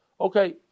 Okay